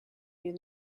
you